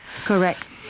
Correct